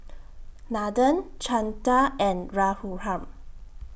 Nathan Chanda and Raghuram